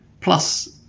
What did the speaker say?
Plus